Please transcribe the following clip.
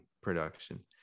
production